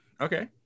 okay